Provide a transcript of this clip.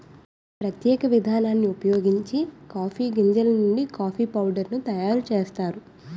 ప్రత్యేక విధానాన్ని ఉపయోగించి కాఫీ గింజలు నుండి కాఫీ పౌడర్ ను తయారు చేస్తారు